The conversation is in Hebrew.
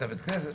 את בית הכנסת,